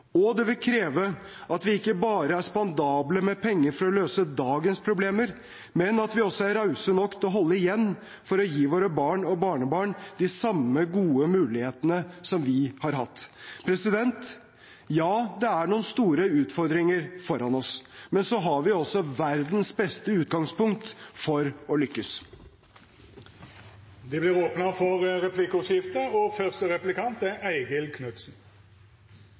Det vil kreve at vi ikke bare er spandable med penger for å løse dagens problemer, men at vi også er rause nok til holde igjen for å gi våre barn og barnebarn de samme gode mulighetene som vi har hatt. Ja, det er noen store utfordringer foran oss, men så har vi også verdens beste utgangspunkt for å lykkes. Det